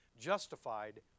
justified